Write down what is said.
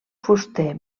fuster